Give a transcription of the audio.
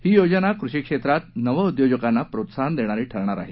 ही योजना कृषी क्षेत्रात नवउद्योजकांना प्रोत्साहन देणार आहे